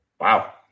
Wow